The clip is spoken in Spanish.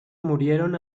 murieron